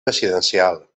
residencial